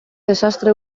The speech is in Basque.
desastre